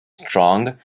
strong